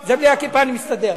זה בלי הכיפה, אני מסתדר.